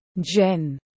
jen